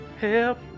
Help